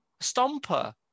stomper